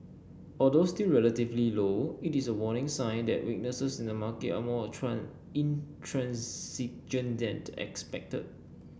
although still relatively low it is a warning sign that weaknesses in the market are more intransigent than expected